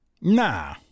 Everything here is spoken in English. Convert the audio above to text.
nah